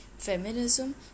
feminism